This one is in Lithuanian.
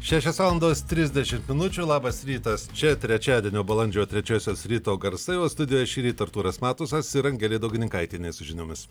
šešios valandos trisdešimt minučių labas rytas čia trečiadienio balandžio trečiosios ryto garsai o studijoje šįryt artūras matusas ir angelė daugininkaitienė su žiniomis